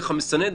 דרך המסנן,